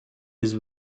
his